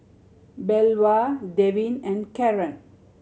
Belva Devin and Karan